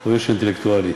או אינטלקטואלי.